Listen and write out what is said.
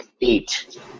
eight